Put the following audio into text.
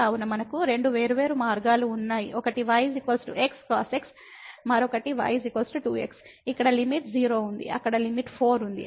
కావున మనకు 2 వేర్వేరు మార్గాలు ఉన్నాయి ఒకటి y x cos x మరొకటి y 2x ఇక్కడ లిమిట్ 0 ఉంది అక్కడ లిమిట్ 4 ఉంది